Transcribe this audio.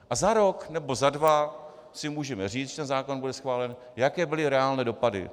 A za rok nebo za dva si můžeme říct, když ten zákon bude schválen, jaké byly reálné dopady.